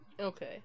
Okay